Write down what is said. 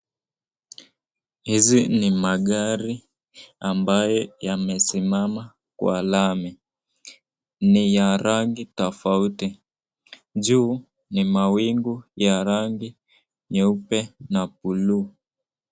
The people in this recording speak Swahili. Hizi ni magari ambaye yamesimama kwa lami. Ni ya rangi tofauti. Juu ni mawingu ya rangi nyeupe na buluu.